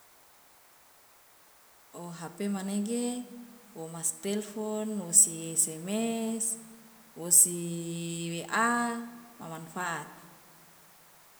o hp manege womas telpon wosi sms wosi wa mamanfaat.